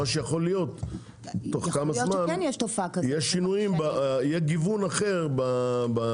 מה שיכול להיות זה תוך כמה זמן יהיה גיוון אחר בגידול.